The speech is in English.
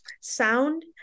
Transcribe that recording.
sound